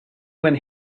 when